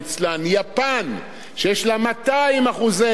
שיש לה 200% יחס חוב תוצר,